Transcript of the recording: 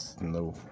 no